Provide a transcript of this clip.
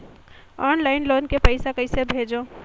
Online loan के पईसा कइसे भेजों?